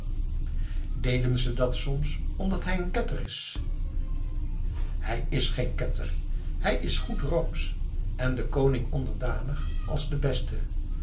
deden ze dat soms omdat hij een ketter is hij is geen ketter hij is goed roomsch en den koning onderdanig als de beste